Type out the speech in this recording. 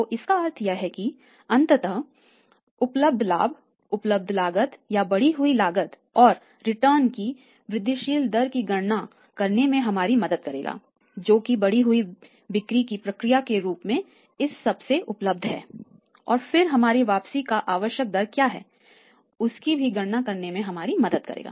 तो इसका अर्थ है कि अंततः उपलब्ध लाभ उपलब्ध लागत या बढ़ी हुई लागत और रिटर्न की वृद्धिशील दर की गणना करने में हमारी मदद करेगा जो कि बढ़ी हुई बिक्री की प्रक्रिया के रूप में इस सब से उपलब्ध है और फिर हमारी वापसी की आवश्यक दर क्या है उसकी भी गणना करने में हमारी मदद करेगा